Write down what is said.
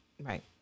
Right